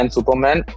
Superman